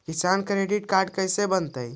किसान credit card कैसे बनतै?